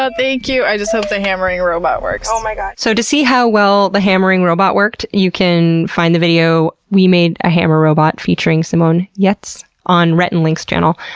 ah thank you! i just hope the hammering robot works. oh my gosh, so to see how well the hammering robot worked, you can find the video, we made a hammer robot featuring simone giertz on rhett and link's channel.